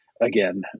again